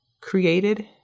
created